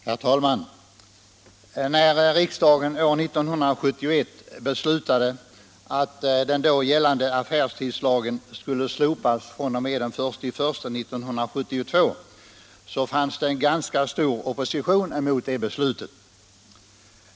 Herr talman! När riksdagen år 1971 beslutade att den då gällande affärstidslagen skulle slopas fr.o.m. den 1 januari 1972 fanns det en ganska stor opposition mot beslutet.